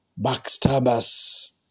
backstabbers